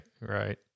right